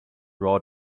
raw